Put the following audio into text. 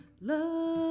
love